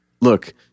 look